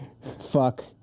fuck